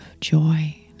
joy